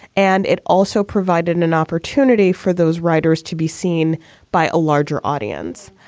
and it also provided an an opportunity for those writers to be seen by a larger audience.